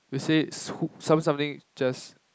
they say who seven something just